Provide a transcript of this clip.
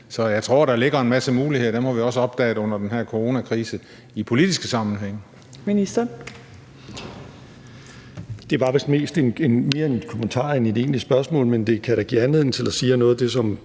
Så jeg tror, der ligger en masse muligheder, og dem har vi også opdaget under den her coronakrise i politiske sammenhænge.